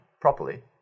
properly